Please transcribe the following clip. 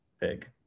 big